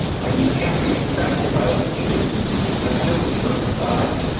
and we can't be accepted by other jews until we're circumcised.